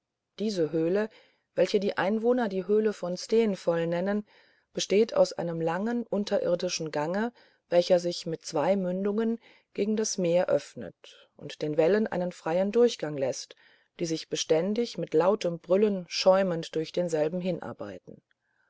diese höhle welche die einwohner die höhle von steenfoll nennen besteht aus einem langen unterirdischen gange welcher sich mit zwei mündungen gegen das meer öffnet und den wellen einen freien durchgang läßt die sich beständig mit lautem brüllen schäumend durch denselben hinarbeiten